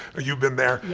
you've been there.